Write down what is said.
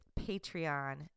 Patreon